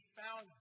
found